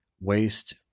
waste